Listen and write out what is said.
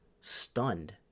stunned